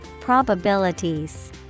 Probabilities